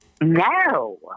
No